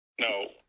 No